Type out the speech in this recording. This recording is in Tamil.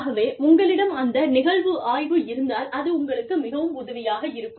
ஆகவே உங்களிடம் அந்த நிகழ்வு ஆய்வு இருந்தால் அது உங்களுக்கு மிகவும் உதவியாக இருக்கும்